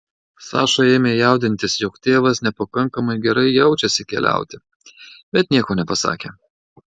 saša ėmė jaudintis jog tėvas nepakankamai gerai jaučiasi keliauti bet nieko nepasakė